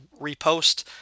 repost